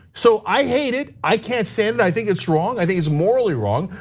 so i hate it. i can't stand it. i think it's wrong. i think it's morally wrong.